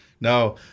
No